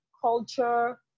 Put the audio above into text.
culture